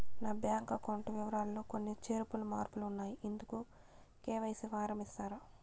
నా bank account వివరాలు లో కొన్ని చేర్పులు మార్పులు ఉన్నాయి, ఇందుకు కె.వై.సి ఫారం ఇస్తారా?